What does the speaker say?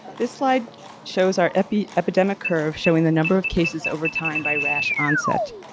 this slide shows our epidemic epidemic curve showing the number of cases over time by rash onset.